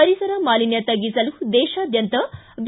ಪರಿಸರ ಮಾಲಿನ್ದ ತಗ್ಗಿಸಲು ದೇತಾದ್ಯಂತ ಬಿ